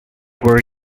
were